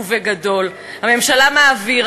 חברי הכנסת רוזנטל וכבל, שבו בבקשה, שבו בבקשה.